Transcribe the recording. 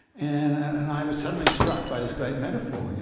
and and i was suddenly struck by this great metaphor. yeah